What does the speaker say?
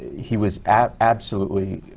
he was absolutely